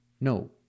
No